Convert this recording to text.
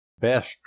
best